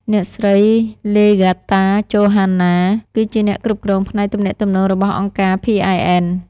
អ្នកស្រី ឡេហ្គាតា ចូហានណា (Legarta Johanna) គឺជាអ្នកគ្រប់គ្រងផ្នែកទំនាក់ទំនងរបស់អង្គការ PIN។